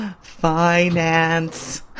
finance